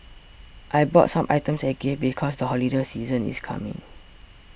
I bought some items as gifts because the holiday season is coming